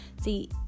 See